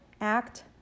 Act